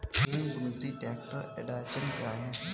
तीन बिंदु ट्रैक्टर अड़चन क्या है?